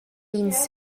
ins